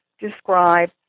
describe